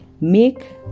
make